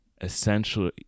essentially